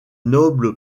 noble